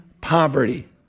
poverty